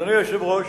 אדוני היושב-ראש,